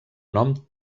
nom